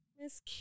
Miss